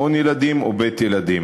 מעון-ילדים